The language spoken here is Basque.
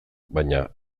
baina